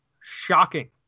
Shocking